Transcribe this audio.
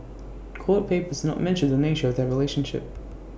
court papers did not mention the nature of their relationship